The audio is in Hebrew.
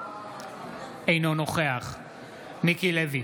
אינו נוכח מיקי לוי,